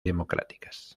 democráticas